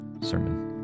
sermon